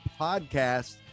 podcast